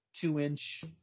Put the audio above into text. two-inch